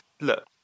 look